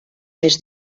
més